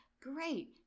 great